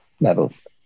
levels